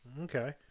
Okay